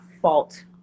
fault